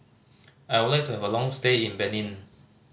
I would like to have a long stay in Benin